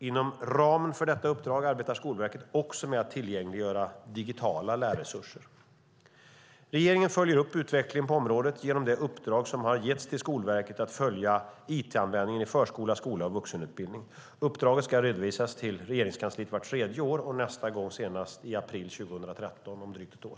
Inom ramen för detta uppdrag arbetar Skolverket också med att tillgängliggöra digitala lärresurser. Regeringen följer utvecklingen på detta område genom det uppdrag som getts Skolverket att följa upp it-användningen i förskola, skola och vuxenutbildning. Uppdraget ska redovisas till Regeringskansliet vart tredje år, nästa gång senast i april 2013, alltså om drygt ett år .